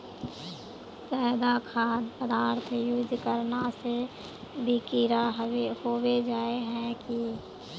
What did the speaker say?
ज्यादा खाद पदार्थ यूज करना से भी कीड़ा होबे जाए है की?